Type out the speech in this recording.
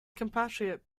compatriot